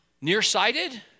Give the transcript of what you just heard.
nearsighted